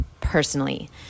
personally